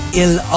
ill